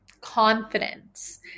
confidence